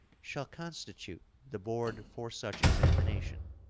shall constitute the board for such examination